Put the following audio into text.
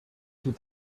with